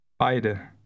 Beide